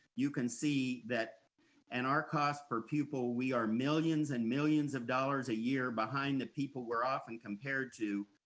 you can see that in and our cost per pupil, we are millions and millions of dollars a year behind the people we're often compared to,